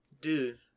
Dude